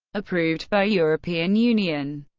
approved by european union